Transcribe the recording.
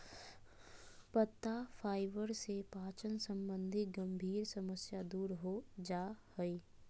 पत्ता फाइबर से पाचन संबंधी गंभीर समस्या दूर हो जा हइ